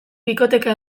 bikoteka